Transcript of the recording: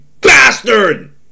bastard